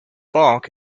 bark